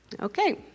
Okay